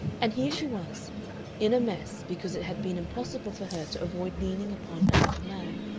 and here she was in a mess because it had been impossible for her to avoid leaning upon another man.